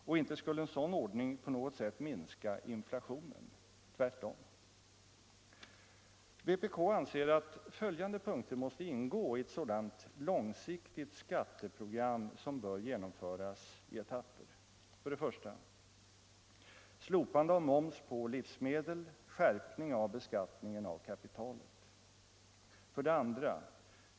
Och inte skulle en sådan ordning på något sätt minska inflationen — tvärtom. Vpk anser att följande punkter måste ingå i ett långsiktigt skatteprogram, som bör genomföras i etapper: 2.